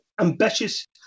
ambitious